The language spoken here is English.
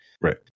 Right